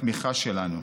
בתמיכה שלנו.